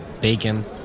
bacon